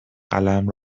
قلم